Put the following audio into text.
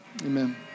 Amen